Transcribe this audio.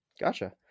gotcha